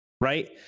right